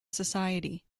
society